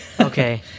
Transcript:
Okay